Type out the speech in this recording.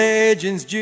Legends